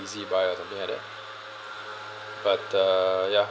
ezbuy or something like that but uh ya